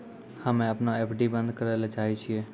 हम्मे अपनो एफ.डी बन्द करै ले चाहै छियै